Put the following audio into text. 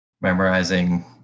memorizing